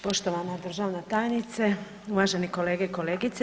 Poštovana državna tajnice, uvažene kolege i kolegice.